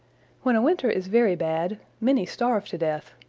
when a winter is very bad, many starve to death,